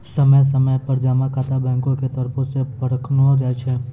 समय समय पर जमा खाता बैंको के तरफो से परखलो जाय छै